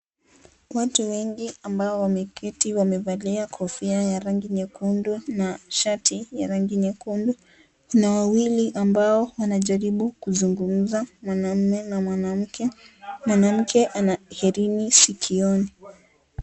Watu wengi ambao wamekiti wamevalia kofia ya rangi nyekundu na shati ya rangi nyekundu ,kuna wawili ambao wanajaribu kuzungumza mwanamume na mwanamke, mwanamke ana hirini sikioni.